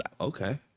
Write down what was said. Okay